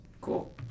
Cool